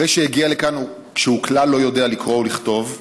אחרי שהגיע לכאן כשהוא כלל לא יודע לקרוא ולכתוב,